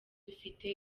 dufite